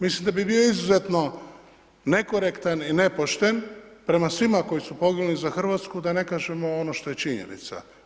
Mislim da bi bio izuzetno nekorektan i nepošten prema svima koji su poginuli za Hrvatsku da ne kažemo ono što je činjenica.